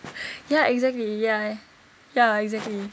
ya exactly ya ya exactly